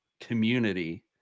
community